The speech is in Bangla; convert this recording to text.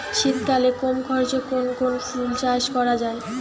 শীতকালে কম খরচে কোন কোন ফুল চাষ করা য়ায়?